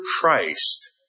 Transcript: Christ